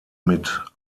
mit